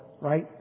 right